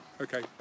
Okay